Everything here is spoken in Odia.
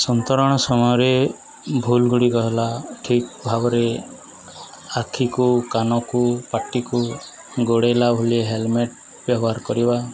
ସନ୍ତରଣ ସମୟରେ ଭୁଲ ଗୁଡ଼ିକ ହେଲା ଠିକ୍ ଭାବରେ ଆଖିକୁ କାନକୁ ପାଟିକୁ ଘୋଡ଼େଇଲା ଭଳି ହେଲମେଟ୍ ବ୍ୟବହାର କରିବା